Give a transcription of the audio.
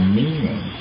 meaning